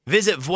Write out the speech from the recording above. Visit